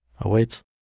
awaits